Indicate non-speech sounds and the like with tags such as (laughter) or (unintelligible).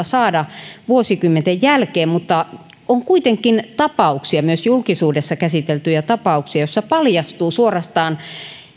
(unintelligible) saada vuosikymmenten jälkeen mutta on kuitenkin tapauksia myös julkisuudessa käsiteltyjä tapauksia joissa paljastuu suorastaan